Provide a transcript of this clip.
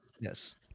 Yes